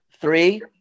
three